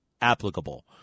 applicable